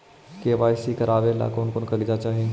KYC करावे ले कोन कोन कागजात चाही?